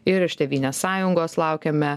ir iš tėvynės sąjungos laukiame